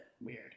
weird